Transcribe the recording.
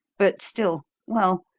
but, still well,